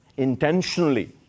intentionally